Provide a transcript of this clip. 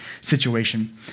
situation